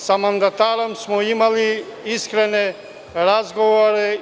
Sa mandatarom smo imali iskrene razgovore.